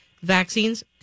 Vaccines